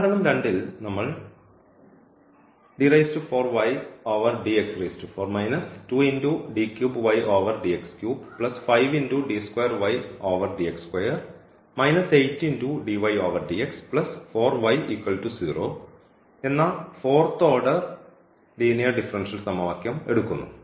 ഉദാഹരണം 2 ൽ നമ്മൾ എന്ന ഫോർത്ത് ഓർഡർ ലീനിയർ ഡിഫറൻഷ്യൽ സമവാക്യം എടുക്കുന്നു